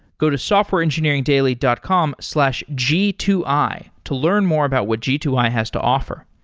go to softwareengineeringdaily dot com slash g two i to learn more about what g two i has to offer.